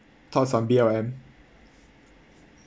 thoughts on B_L_M